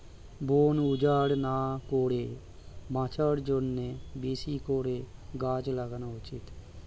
বন উজাড় না করে বাঁচার জন্যে বেশি করে গাছ লাগানো উচিত